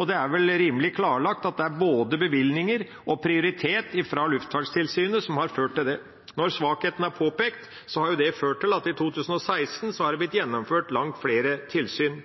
og det er vel rimelig klarlagt at det er både bevilgninger og prioritet fra Luftfartstilsynet som har ført til det. Når svakheten er påpekt, har det ført til at det i 2016 er blitt gjennomført langt flere tilsyn.